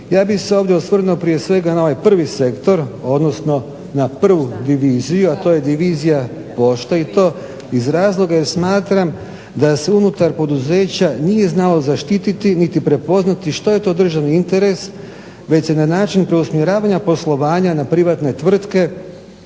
Ja bih se ovdje osvrnuo prije svega na ovaj prvi sektor, odnosno na prvu diviziju i to je divizija pošte iz razloga jer smatram da se unutar poduzeća nije znalo zaštititi niti prepoznati što je to državni interes već se na način preusmjeravanja poslovanja na privatne tvrtke